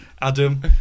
Adam